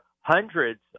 hundreds